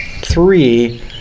three